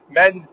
men